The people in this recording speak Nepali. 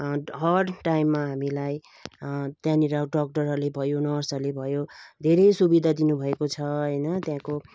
हर टाइममा हामीलाई त्यहाँनिर डाक्टरहरूले भयो नर्सहरूले भयो धेरै सुविधा दिनु भएको छ होइन त्यहाँको